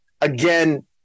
again